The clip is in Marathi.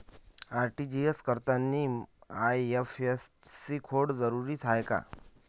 आर.टी.जी.एस करतांनी आय.एफ.एस.सी कोड जरुरीचा हाय का?